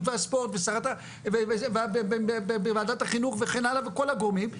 והספורט, ובוועדת החינוך וכן הלאה, וכל הגורמים.